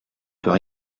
peut